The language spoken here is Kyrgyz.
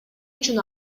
үчүн